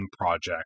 project